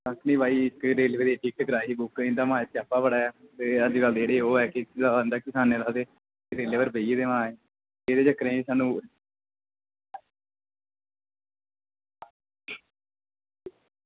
कक्ख निं भाई इक रेलवे दी टिकट कराई ही बुक इं'दा माए स्यापा बड़ा ऐ ते अज्जकल जेह्ड़े ओह् ऐ कि करसानें दा ते रेलै पर बेही गेदे माय एह्दे चक्करें च सानूं